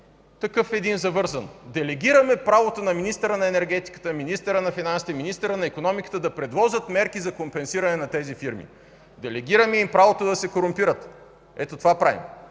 който е много завързан – делегираме правото на министъра на енергетиката, министъра на финансите, министъра на икономиката да предложат мерки за компенсиране на тези фирми. Делегираме им правото да се корумпират – ето това правим!